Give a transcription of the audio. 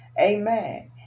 Amen